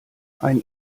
ein